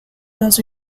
does